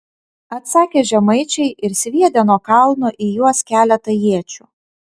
atsakė žemaičiai ir sviedė nuo kalno į juos keletą iečių